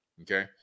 okay